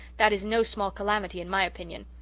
that is no small calamity, in my opinion.